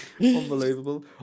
Unbelievable